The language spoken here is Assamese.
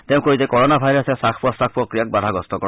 তেওঁ কয় যে কৰনা ভাইৰাছে শ্বাস প্ৰশ্বাস প্ৰক্ৰিয়াক বাধাগ্ৰস্ত কৰে